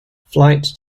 flights